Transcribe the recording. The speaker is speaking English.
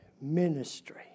ministry